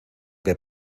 que